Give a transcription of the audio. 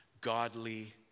Godly